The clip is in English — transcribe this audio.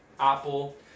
Apple